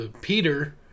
Peter